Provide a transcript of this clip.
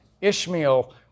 Ishmael